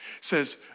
says